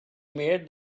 made